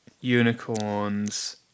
unicorns